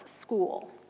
school